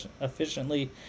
efficiently